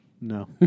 No